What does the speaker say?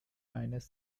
eines